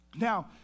Now